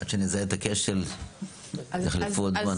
עד שנזהה את הכשל יחלוף עוד זמן.